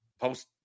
post